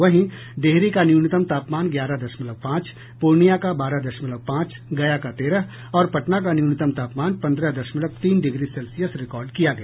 वहीं डिहरी का न्यूनतम तापमान ग्यारह दशमलव पांच पूर्णिया का बारह दशमलव पांच गया का तेरह और पटना का न्यूनतम तापमान पन्द्रह दशमलव तीन डिग्री सेल्सियस रिकॉर्ड किया गया